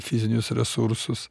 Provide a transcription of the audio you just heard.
fizinius resursus